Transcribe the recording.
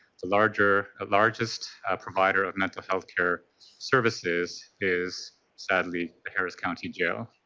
the largest largest provider of mental health care services is sadly the harris county jail.